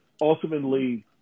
ultimately